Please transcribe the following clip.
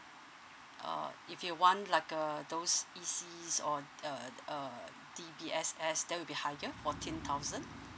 uh if you want like uh those E_Cs or the uh D_B_S_S that will be higher fourteen thousand